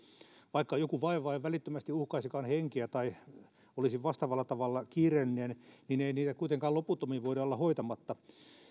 vaikka joku vaiva ei välittömästi uhkaisikaan henkeä tai olisi vastaavalla tavalla kiireellinen ei sitä kuitenkaan loputtomiin voi olla hoitamatta